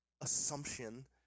assumption